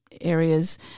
areas